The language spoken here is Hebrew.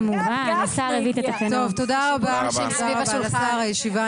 (נושאת דברים בשפת הסימנים,